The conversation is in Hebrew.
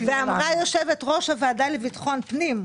יושבת-ראש הוועדה לביטחון פנים,